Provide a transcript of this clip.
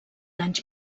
anys